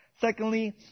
Secondly